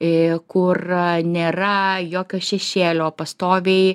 į kur a nėra jokio šešėlio pastoviai